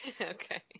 Okay